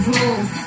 Rules